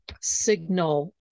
signal